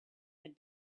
had